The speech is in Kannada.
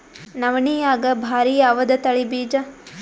ನವಣಿಯಾಗ ಭಾರಿ ಯಾವದ ತಳಿ ಬೀಜ?